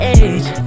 age